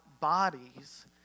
bodies